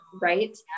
right